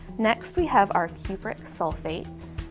next we have our cupric sulfate.